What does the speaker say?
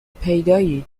پیدایید